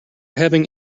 having